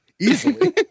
easily